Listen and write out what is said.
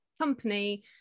company